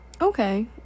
okay